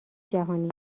جهانی